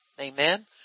Amen